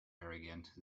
arrogant